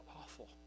awful